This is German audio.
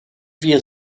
wir